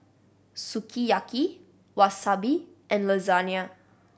Sukiyaki Wasabi and Lasagna